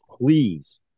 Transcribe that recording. Please